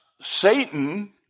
Satan